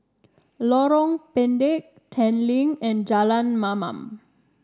Lorong Pendek Tanglin and Jalan Mamam